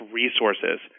resources